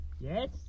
Yes